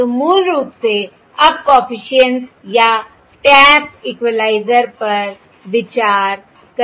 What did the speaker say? तो मूल रूप से अब कॉफिशिएंट्स या टैप्स इक्वलाइज़र पर विचार करें